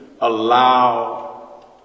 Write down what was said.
allow